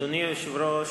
אדוני היושב-ראש,